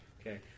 Okay